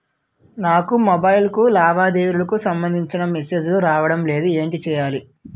నాకు మొబైల్ కు లావాదేవీలకు సంబందించిన మేసేజిలు రావడం లేదు ఏంటి చేయాలి?